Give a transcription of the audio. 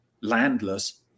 landless